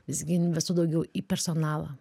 visgi investuot daugiau į personalą